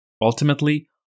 Ultimately